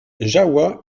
jahoua